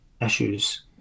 issues